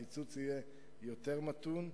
הקיצוץ יהיה מתון יותר.